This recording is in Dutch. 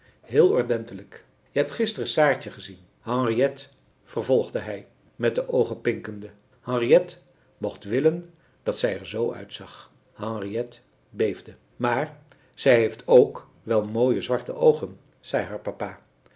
heel ordentelijk je hebt gisteren saartje gezien henriet vervolgde hij met de oogen pinkende henriet mocht willen dat zij er zoo uitzag henriet beefde maar zij heeft k wel mooie zwarte oogen zei haar papa